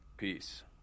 Peace